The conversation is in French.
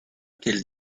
quelle